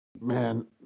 man